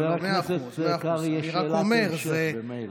לחבר הכנסת קרעי יש ממילא שאלת המשך.